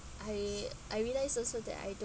I I realise also that I don't